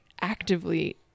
actively